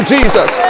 Jesus